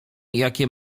jakie